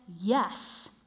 yes